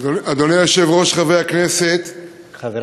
אדוני היושב-ראש, חברי הכנסת,